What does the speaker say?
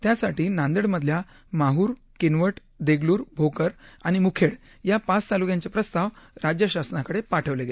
त्यासाठी नांदेडमधल्या माहूर किनवट देगलूर भोकर आणि मुखेड या पाच तालूक्यांचे प्रस्ताव राज्य शासनाकडे पाठवले आहेत